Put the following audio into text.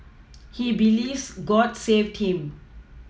he believes God saved him